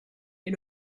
est